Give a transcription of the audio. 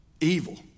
evil